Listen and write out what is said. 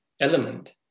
element